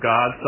God